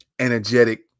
Energetic